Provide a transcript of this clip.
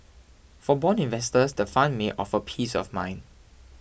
for bond investors the fund may offer peace of mind